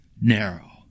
narrow